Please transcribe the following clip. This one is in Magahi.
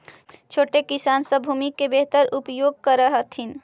छोटे किसान सब भूमि के बेहतर उपयोग कर हथिन